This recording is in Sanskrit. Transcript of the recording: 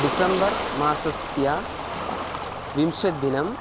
डिसेम्बर् मासस्य विंशतिदिनम्